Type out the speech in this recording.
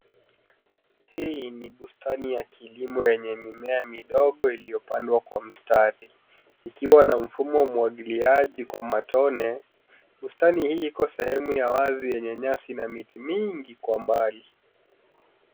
Hii ni bustani ya kilimo yenye mimea midogo iliyopandwa kwa mstari ikiwa na mfumo wa umwagiliaji kwa matone. Bustani hii iko sehemu ya wazi yenye nyasi na miti mingi kwa mbali.